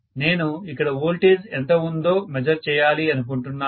నేను ఇక్కడ వోల్టేజ్ ఎంత ఉందో మెజర్ చేయాలి అనుకుంటున్నాను